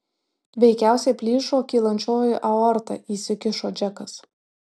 veikiausiai plyšo kylančioji aorta įsikišo džekas